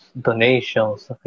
donations